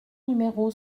numéro